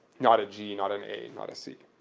not a g, not an a, not a c.